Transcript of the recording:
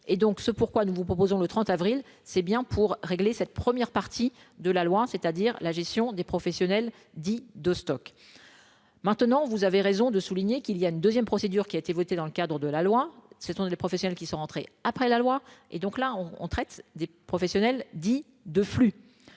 ce pourquoi nous vous proposons le 30 avril c'est bien pour régler cette première partie de la loi, c'est-à-dire la gestion des professionnels dit de stock, maintenant, vous avez raison de souligner qu'il y a une 2ème, procédure qui a été votée dans le cadre de la loi, ce sont des professionnels qui sont rentrés après la loi, et donc là on on traite des professionnels dits de flux